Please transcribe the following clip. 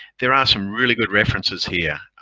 there are some really good references here